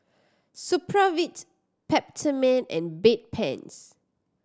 Supravit Peptamen and Bedpans